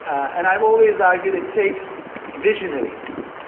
and i've always argued it takes visionaries